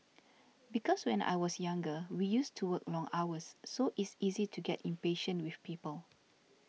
because when I was younger we used to work long hours so it's easy to get impatient with people